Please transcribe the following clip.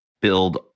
build